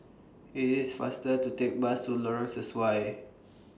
IT IS faster to Take Bus to Lorong Sesuai